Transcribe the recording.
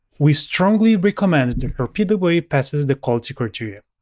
we strongly recommended it repeatedly passes the quality criteria.